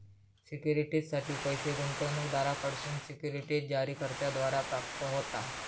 सिक्युरिटीजसाठी पैस गुंतवणूकदारांकडसून सिक्युरिटीज जारीकर्त्याद्वारा प्राप्त होता